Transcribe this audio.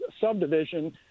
subdivision